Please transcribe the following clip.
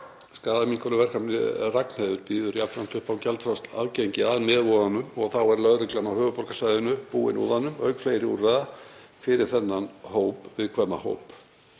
Skaðaminnkunarverkefnið Frú Ragnheiður býður jafnframt upp á gjaldfrjálst aðgengi að nefúðanum og þá er lögreglan á höfuðborgarsvæðinu búin úðanum auk fleiri úrræða fyrir þennan viðkvæma hóp.